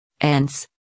Ants